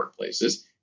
workplaces